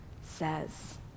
says